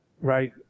right